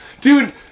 Dude